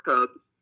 Cubs